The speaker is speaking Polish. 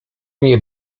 nie